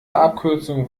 abkürzung